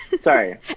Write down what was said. sorry